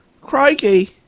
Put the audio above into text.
Crikey